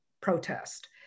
protest